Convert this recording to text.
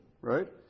right